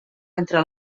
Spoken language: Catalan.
entre